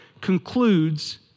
concludes